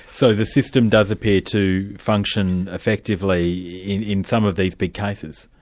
so the system does appear to function effectively in in some of these big cases?